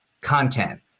content